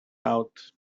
out